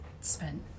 spent